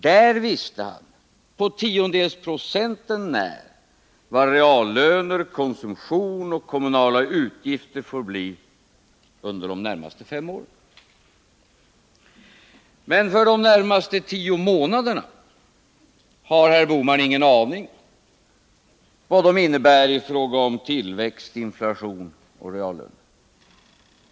Han visste på tiondels procent när vad reallöner, konsumtion och kommunala utgifter får bli under de närmaste fem åren. Men vad de närmaste tio månaderna kommer att innebära i fråga om tillväxt, inflation och reallön har herr Bohman ingen aning om.